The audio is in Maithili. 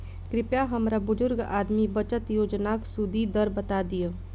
कृपया हमरा बुजुर्ग आदमी बचत योजनाक सुदि दर बता दियऽ